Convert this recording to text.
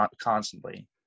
constantly